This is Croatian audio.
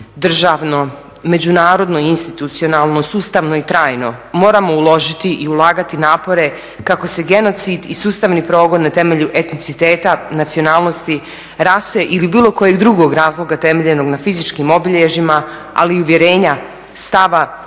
državno, međunarodno i institucionalno, sustavno i trajno moramo uložiti i ulagati napore kako se genocid i sustavni progon na temelju etniciteta, nacionalnosti, rase ili bilo kojeg drugo razloga temeljenog na fizičkim obilježjima ali i uvjerenja, stava ne